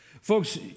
Folks